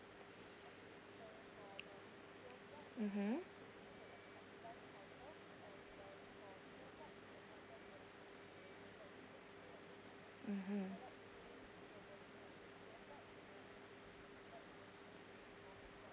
mmhmm mmhmm